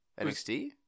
NXT